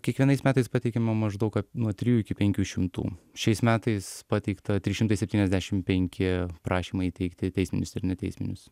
kiekvienais metais pateikiama maždaug nuo trijų iki penkių šimtų šiais metais pateikta tris šimtai septyniasdešimt penki prašymai įteikti teisminius ir neteisminius